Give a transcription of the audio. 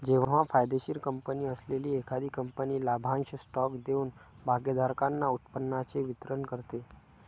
जेव्हा फायदेशीर कंपनी असलेली एखादी कंपनी लाभांश स्टॉक देऊन भागधारकांना उत्पन्नाचे वितरण करते